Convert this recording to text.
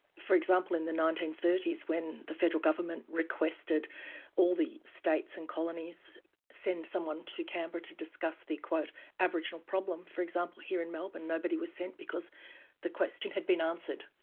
for example, in the nineteen thirty s when the federal government requested all the states and colonies send someone to canberra to discuss the aboriginal problem, for example, here in melbourne nobody was sent because the question had been answered,